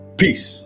peace